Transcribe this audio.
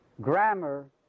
grammar